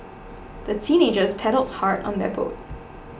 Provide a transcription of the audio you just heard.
the teenagers paddled hard on their boat